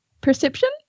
Perception